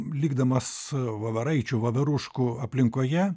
likdamas voveraičių voveruškų aplinkoje